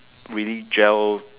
really gel